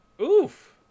Oof